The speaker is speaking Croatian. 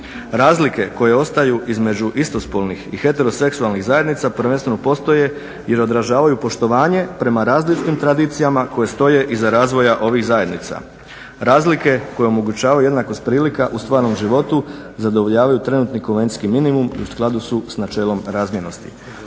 Razlike koje ostaju između istospolnih i heteroseksualnih zajednica prvenstveno postoje i odražavaju poštovanje prema različitim tradicijama koje stoje iza razvoja ovih zajednica. Razlike koje omogućavaju jednakost prilika u stvarnom životu zadovoljavaju trenutni konvencijski minimum i u skladu su s načelom razmjernosti.